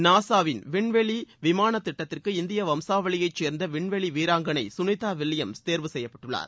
நாசாவின் விண்வெளி விமான திட்டத்திற்கு இந்திய வம்சாவளியைச் சேர்ந்த விண்வெளி வீராங்கனை சுனிதா வில்லியம்ஸ் தேர்வு செய்யப்பட்டுள்ளார்